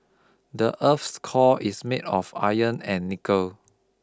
the earth's core is made of iron and nickel